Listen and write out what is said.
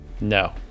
No